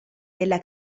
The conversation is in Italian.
della